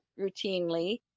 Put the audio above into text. routinely